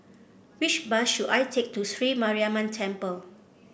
which bus should I take to Sri Mariamman Temple